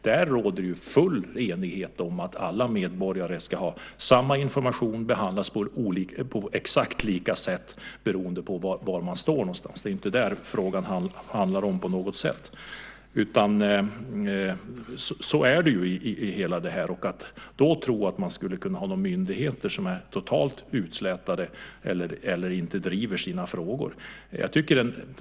Det råder i stället full enighet om att alla medborgare ska ha samma information och ska behandlas på exakt lika sätt. Frågan handlar inte på något sätt om var någonstans man står. Så är det i hela det här - detta sagt med tanke på detta med att tro att man skulle kunna ha myndigheter som är totalt utslätade eller som inte driver sina frågor.